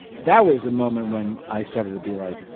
that was the moment when i started to be, like,